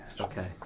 Okay